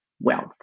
wealth